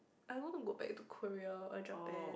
I want to go back to Korea or Japan